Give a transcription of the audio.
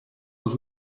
los